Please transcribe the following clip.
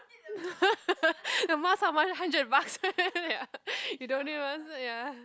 the mask how much hundred bucks ya you don't need one s~ ya